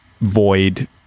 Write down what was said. void